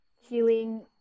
healing